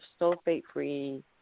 sulfate-free